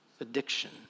addiction